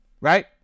right